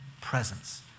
presence